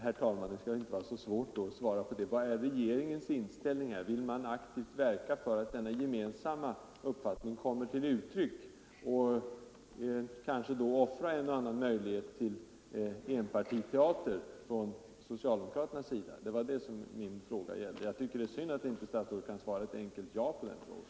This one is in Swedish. Herr talman! Det skall väl inte vara så svårt att svara på frågan om vilken regeringens inställning är. Vill man från socialdemokraternas sida aktivt verka för att denna gemensamma uppfattning kommer till uttryck och kanske offra en möjlighet till enpartiteater? Det är synd att statsrådet inte kan svara ett enkelt ja på den frågan.